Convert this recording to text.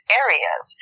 areas